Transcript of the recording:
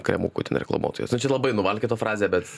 kremukų ten reklamuotojas nu čia labai nuvalkiota frazė bet